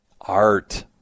art